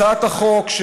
הצעת החוק,